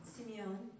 Simeon